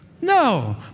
No